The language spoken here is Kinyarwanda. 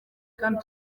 kandi